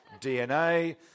DNA